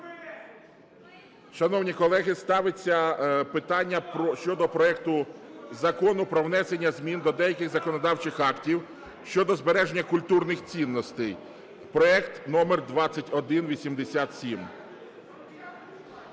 Шановні колеги, ставиться питання щодо проекту Закону про внесення змін до деяких законодавчих актів (щодо збереження культурних цінностей) (проект номер 2187).